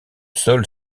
sol